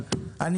אז רביזיה.